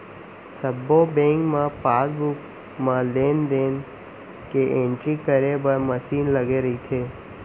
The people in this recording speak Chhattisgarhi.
सब्बो बेंक म पासबुक म लेन देन के एंटरी करे बर मसीन लगे रइथे